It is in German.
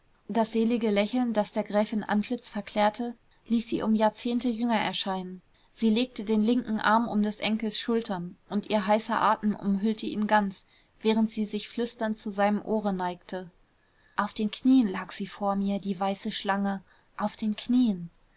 das selige lächeln das der gräfin antlitz verklärte ließ sie um jahrzehnte jünger erscheinen sie legte den linken arm um des enkels schultern und ihr heißer atem umhüllte ihn ganz während sie sich flüsternd zu seinem ohre neigte auf den knien lag sie vor mir die weiße schlange auf den knien